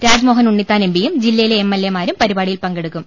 രാജ്മോഹൻ ഉണ്ണിത്താൻ എംപിയും ജില്ലയിലെ M L എമാരും പരിപാടിയിൽ പങ്കെടുക്കും